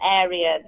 area